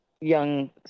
young